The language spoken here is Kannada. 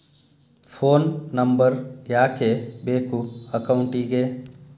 ಫೋನ್ ನಂಬರ್ ಯಾಕೆ ಬೇಕು ಅಕೌಂಟಿಗೆ?